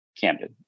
Camden